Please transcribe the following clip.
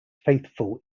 faithful